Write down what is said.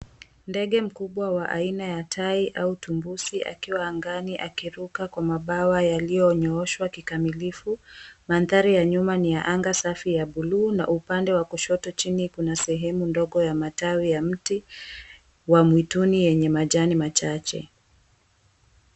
Ndege mkubwa wa aina ya tai au tumbusi akiwa angani akiruka kwa mabawa yaliyonyooshwa kikamilifu. Mandhari ya nyuma ni ya anga safi ya buluu na upande wa kushoto chini, kuna sehemu ndogo ya matawi ya mti wa mwituni yenye majani machache.